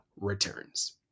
returns